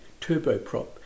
turboprop